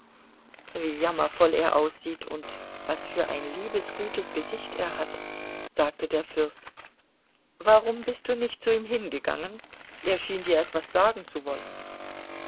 wie jammervoll er aussieht und was für ein liebes gutes gesicht er hat sagte der fürst warum bist du nicht zu ihm hingegangen er schien dir etwas sagen zu wollen